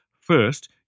First